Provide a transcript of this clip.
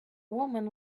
woman